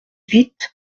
huit